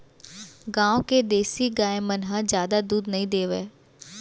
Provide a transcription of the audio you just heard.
गॉँव के देसी गाय मन ह जादा दूद नइ देवय